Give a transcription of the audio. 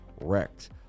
wrecked